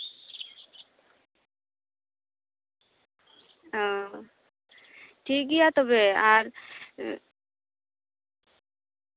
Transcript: ᱚᱻ ᱴᱷᱤᱠ ᱜᱮᱭᱟ ᱛᱚᱵᱮ ᱟᱨ